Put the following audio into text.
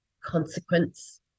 consequence